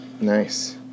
Nice